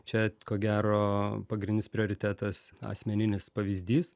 čia ko gero pagrindinis prioritetas asmeninis pavyzdys